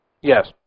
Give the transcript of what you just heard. Yes